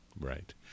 Right